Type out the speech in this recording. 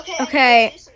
okay